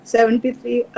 Seventy-three